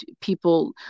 people